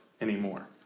anymore